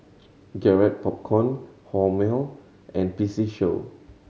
Garrett Popcorn Hormel and P C Show